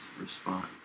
response